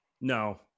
No